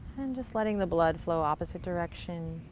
and just letting the blood flow, opposite direction.